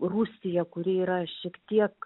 rusiją kuri yra šiek tiek